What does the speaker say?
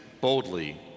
boldly